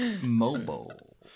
Mobile